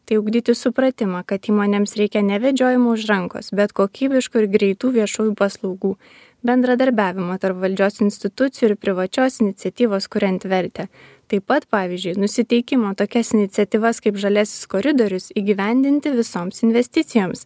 tai ugdyti supratimą kad įmonėms reikia ne vedžiojimų už rankos bet kokybiškų ir greitų viešųjų paslaugų bendradarbiavimo tarp valdžios institucijų ir privačios iniciatyvos kuriant vertę taip pat pavyzdžiui nusiteikimo tokias iniciatyvas kaip žaliasis koridorius įgyvendinti visoms investicijoms